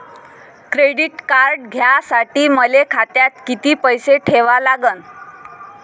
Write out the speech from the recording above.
Credit card घ्यासाठी मले खात्यात किती पैसे ठेवा लागन?